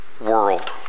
world